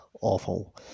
awful